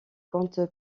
compte